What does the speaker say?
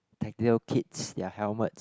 tactical kits their helmets